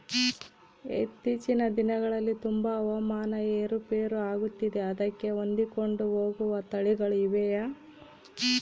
ಇತ್ತೇಚಿನ ದಿನಗಳಲ್ಲಿ ತುಂಬಾ ಹವಾಮಾನ ಏರು ಪೇರು ಆಗುತ್ತಿದೆ ಅದಕ್ಕೆ ಹೊಂದಿಕೊಂಡು ಹೋಗುವ ತಳಿಗಳು ಇವೆಯಾ?